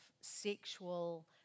sexual